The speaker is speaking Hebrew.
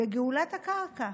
בגאולת הקרקע.